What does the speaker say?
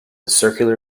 circular